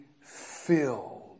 filled